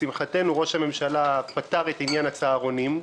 לשמחתנו ראש הממשלה פתר את עניין הצהרונים,